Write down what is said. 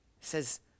says